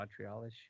Montrealish